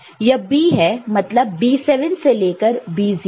यह B है मतलब B7 से लेकर B0 तक